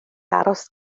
aros